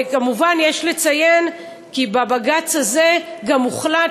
וכמובן יש לציין כי בבג"ץ הזה גם הוחלט